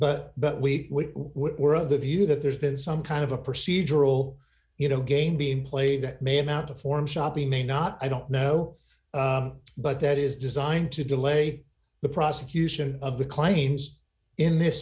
but but we were of the view that there's been some kind of a procedural you know game being played that may amount to form shopping may not i don't know but that is designed to delay the prosecution of the claims in this